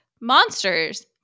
Monsters